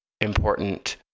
important